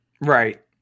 Right